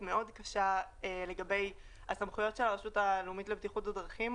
מאוד קשה לגבי סמכויות הרשות הלאומית לבטיחות בדרכים,